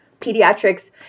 pediatrics